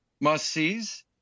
must-sees